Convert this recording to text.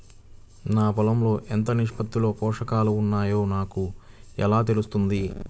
నా పొలం లో ఎంత నిష్పత్తిలో పోషకాలు వున్నాయో నాకు ఎలా తెలుస్తుంది?